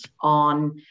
on